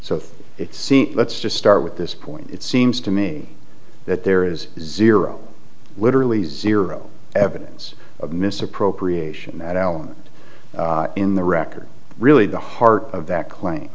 seems let's just start with this point it seems to me that there is zero literally zero evidence of misappropriation that element in the record really the heart of that claim